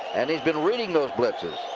and he's been reading those blitzes.